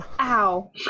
Ow